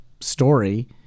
story